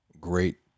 great